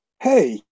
hey